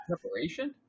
preparation